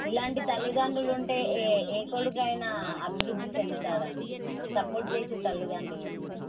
ఇలాంటి తల్లిదండ్రులు ఉంటే ఏ ఏ కొడుకు అయిన అభివృద్ధి చెందుతాడు అండి సపోర్ట్ చేసే తల్లిదండ్రులు ఉంటే